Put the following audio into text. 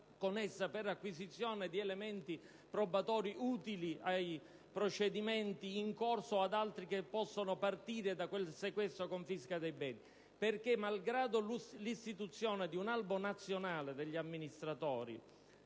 con essa per l'acquisizione di elementi probatori utili ai procedimenti in corso, o ad altri che possono partire da quel sequestro o confisca dei beni. Malgrado l'istituzione di un albo nazionale degli amministratori,